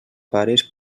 pares